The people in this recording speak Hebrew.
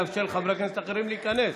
לאפשר לחברי כנסת אחרים להיכנס.